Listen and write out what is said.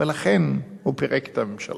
ולכן הוא פירק את הממשלה.